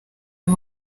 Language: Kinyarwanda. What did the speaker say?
aba